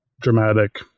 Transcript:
dramatic